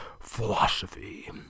philosophy